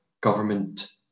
government